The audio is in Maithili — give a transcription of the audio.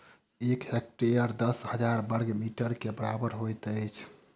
एक हेक्टेयर दस हजार बर्ग मीटर के बराबर होइत अछि